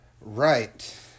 Right